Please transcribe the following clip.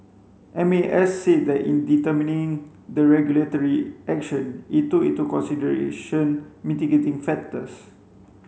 M A S said that in determining the regulatory action it took into consideration mitigating factors